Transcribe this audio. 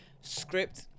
script